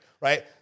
right